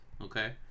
okay